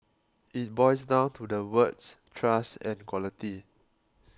it boils down to the words trust and quality